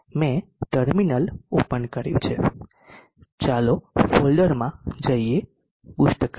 મેં terminal open કર્યું છે ચાલો ફોલ્ડરમાં જઈએ બૂસ્ટ કરીએ